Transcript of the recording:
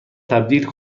تبدیل